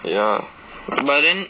ya but then